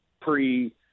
pre